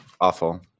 Awful